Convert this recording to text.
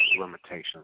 limitations